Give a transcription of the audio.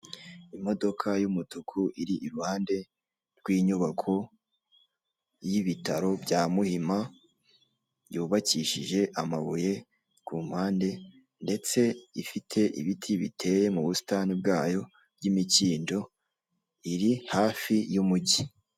Imodoka y'umutuku, iri iruhande ry'inyubako y'ibitaro bya Muhima, yubakishije amabuye ku mpande, ndetse ifite ibiti biteye mu busitani bwayo, by'imikindo, iri hafi y'umugi.